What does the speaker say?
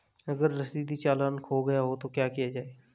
अगर रसीदी चालान खो गया तो क्या किया जाए?